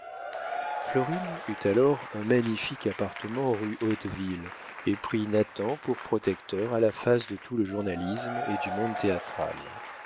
eut alors un magnifique appartement rue hauteville et prit nathan pour protecteur à la face de tout le journalisme et du monde théâtral